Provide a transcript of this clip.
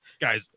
guys